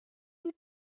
you